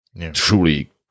truly